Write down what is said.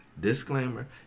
disclaimer